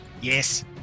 Yes